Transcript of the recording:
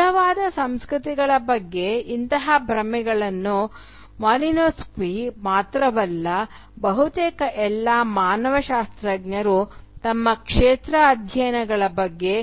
ಶುದ್ಧವಾದ ಸಂಸ್ಕೃತಿಗಳ ಬಗ್ಗೆ ಇಂತಹ ಭ್ರಮೆಗಳನ್ನು ಮಾಲಿನೋವ್ಸ್ಕಿ ಮಾತ್ರವಲ್ಲ ಬಹುತೇಕ ಎಲ್ಲ ಮಾನವಶಾಸ್ತ್ರಜ್ಞರು ತಮ್ಮ ಕ್ಷೇತ್ರ ಅಧ್ಯಯನಗಳ ಬಗ್ಗೆ